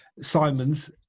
Simon's